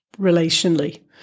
relationally